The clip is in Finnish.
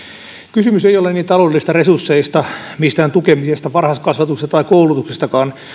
kysymys ei ole niin taloudellisista resursseista mistään tukemisesta varhaiskasvatuksesta tai koulutuksestakaan